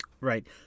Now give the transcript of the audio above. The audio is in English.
Right